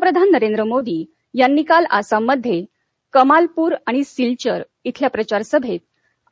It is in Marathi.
पंतप्रधान नरेंद्र मोदी यांनी काल आसाममध्ये कमालपूर आणि सिलचर इथल्या प्रचार सभेत